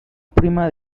prima